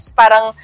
parang